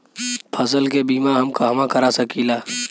फसल के बिमा हम कहवा करा सकीला?